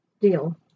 deal